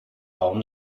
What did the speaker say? baum